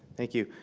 thank you.